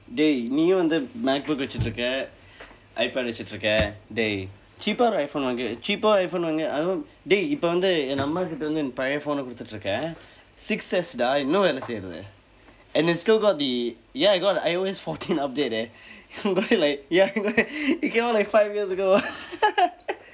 dey நீயும் வந்து:niiyum vandthu macbook வைத்திருக்க:vaitthirukka ipad வைத்திருக்க:vaitthirukka dey cheaper iphone வாங்கு:vaangku cheaper iphone வாங்கு அதுவும்:vaangku athuvum dey இப்ப வந்து என் அம்மாகிட்ட வந்து என் பழைய:ippa vandthu en ammaakitda vandthu en pazhaiya phone கொடுத்துட்டு இருக்கிறேன்:koduththutdu irukkireen six S dah இன்னும் வேலை செய்கிறது:innum veelai seykirathu and it's still got the ya I got the I_O_S fourteen update eh but then like ya it came out like five years ago